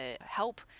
help